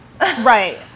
right